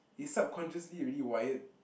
is subconsciously you're already wired